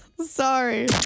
Sorry